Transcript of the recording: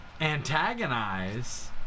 antagonize